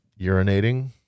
urinating